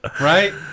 right